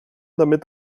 damit